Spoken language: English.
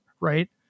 right